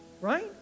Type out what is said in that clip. Right